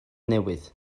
newydd